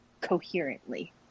coherently